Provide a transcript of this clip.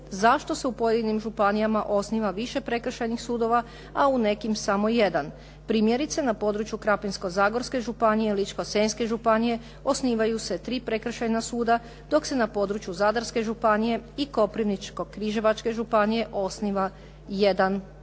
zašto se u pojedinim županijama osniva više prekršajnih sudova, a u nekim samo jedan. Primjerice, na području Krapinsko-zagorske županije, Ličko-senjske županije osnivaju se tri prekršajna suda dok se na području Zadarske županije i Koprivničko-križevačke županije osniva jedan